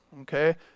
okay